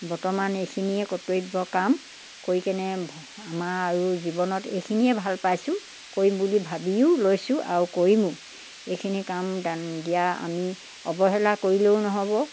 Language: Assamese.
বৰ্তমান এইখিনিয়ে কৰ্তব্য কাম কৰি কেনে আমাৰ আৰু জীৱনত এইখিনিয়ে ভাল পাইছোঁ কৰিম বুলি ভাবিও লৈছোঁ আৰু কৰিমো এইখিনি কাম দিয়া আমি অৱহেলা কৰিলেও নহ'ব